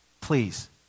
please